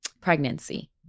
pregnancy